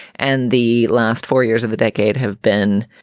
and the last four years of the decade have been,